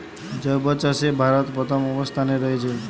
জৈব চাষে ভারত প্রথম অবস্থানে রয়েছে